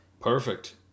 Perfect